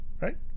Right